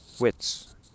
wits